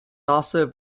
also